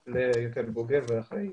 הפכתי ליותר בוגר ואחראי.